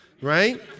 Right